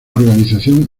organización